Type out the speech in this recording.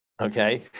Okay